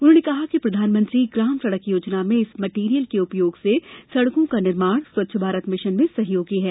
उन्होंने कहा कि प्रधानमंत्री ग्राम सड़क योजना में इस मटेरियल के उपयोग से सड़को का निर्माण स्वच्छ भारत मिशन में सहयोगी है